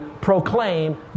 proclaim